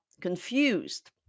confused